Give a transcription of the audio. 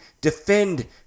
defend